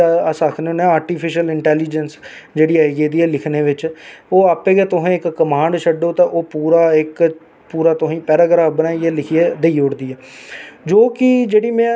पर एह् है कि कुछ लोक जेहके डोगरा गी अग्गै लेने आस्तै बी बधा दे ना झगडे़ बी होआ दे मतलब कि रोड च बी बैठा दे स्ट्राइकां बी करा दे औऱ कुछ चंद लोक फैमली ना जेहकियां जेहका साढ़ा जम्मू कशमीर गी तोड़ना चाहंदियां ना